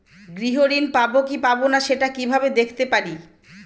গৃহ ঋণ পাবো কি পাবো না সেটা কিভাবে দেখতে পারি?